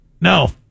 No